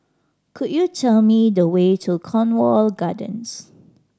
could you tell me the way to Cornwall Gardens